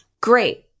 Great